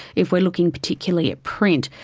if we are looking particularly at print,